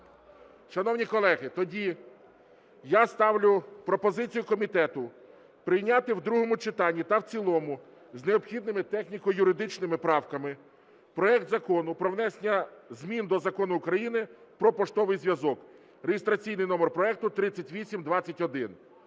Шановні колеги, тоді я ставлю пропозицію комітету прийняти в другому читанні та в цілому з необхідними техніко-юридичними правками проект Закону про внесення змін до Закону України "Про поштовий зв'язок" (реєстраційний номер проекту 3821).